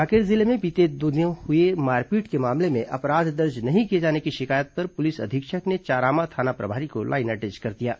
कांकेर जिले में बीते दिनों हुए मारपीट के मामले में अपराध दर्ज नहीं किए जाने की शिकायत पर पुलिस अधीक्षक ने चारामा थाना प्रभारी को लाइन अटैच कर दिया है